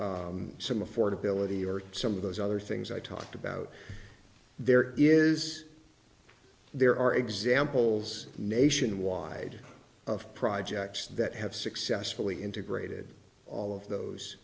some affordability or some of those other things i talked about there is there are examples nationwide of projects that have successfully integrated all of those